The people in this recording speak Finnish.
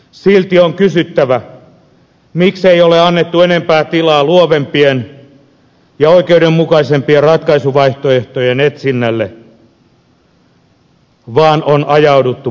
silti on kysyttävä miksi ei ole annettu enempää tilaa luovempien ja oikeudenmukaisempien ratkaisuvaihtoehtojen etsinnälle vaan on ajauduttu paniikkiratkaisuun